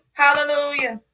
hallelujah